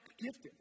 gifted